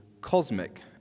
cosmic